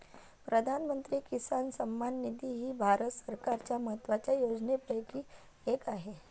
प्रधानमंत्री किसान सन्मान निधी ही भारत सरकारच्या महत्वाच्या योजनांपैकी एक आहे